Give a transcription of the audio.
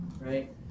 Right